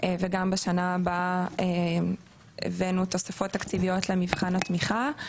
וגם בשנה הבאה הבאנו תוספות תקציביות למבחן התמיכה,